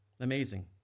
Amazing